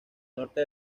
norte